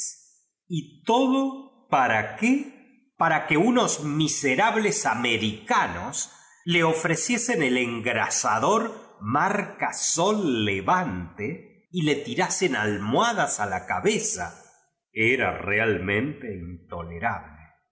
v todo para qué paro que unos miserables americanos le creciesen el engrasador marca sol le vante y le tirasen almohadas a la cabeza era realmente intolerable